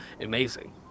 amazing